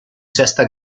sesta